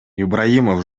ибраимов